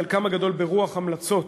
חלקם הגדול ברוח המלצות